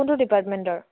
কোনটো ডিপাৰ্টমেণ্টৰ